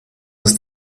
ist